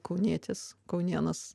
kaunietis kaunėnas